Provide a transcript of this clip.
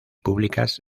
públicas